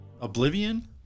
Oblivion